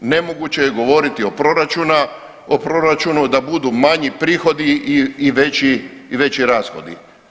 Nemoguće je govoriti o proračunu da budu manji prihodi i veći rashodi.